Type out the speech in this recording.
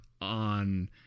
on